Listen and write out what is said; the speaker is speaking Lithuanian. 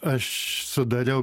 aš sudariau